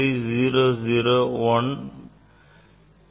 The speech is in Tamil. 001V ஆகும்